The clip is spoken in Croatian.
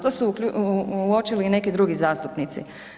To su uočili i neki drugi zastupnici.